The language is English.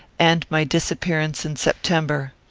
and my disappearance in september.